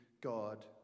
God